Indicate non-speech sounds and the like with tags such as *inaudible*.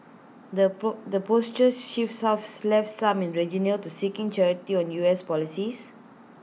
the *unintelligible* the posture shifts have *unintelligible* left some in region near to seeking clarity on U S policies